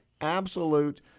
absolute